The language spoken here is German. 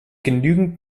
genügend